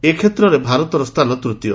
ଏକେତ୍ରରେ ଭାରତର ସ୍ଥାନ ତୂତୀୟ